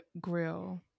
grill